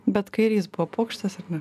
bet kairys buvo pokštas ar ne